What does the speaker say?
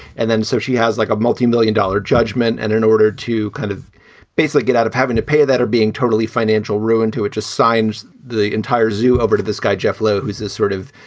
and then so she has like a multimillion dollar judgment. and in order to kind of basically get out of having to pay that are being totally financial ruin, too. it just signs the entire zoo over to this guy, jeff lowe, who is this sort of,